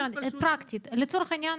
אני לא מעשנת,